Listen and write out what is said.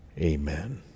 Amen